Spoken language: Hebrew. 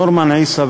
נורמן עיסא,